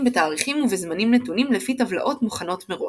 בתאריכים ובזמנים נתונים לפי טבלאות מוכנות מראש.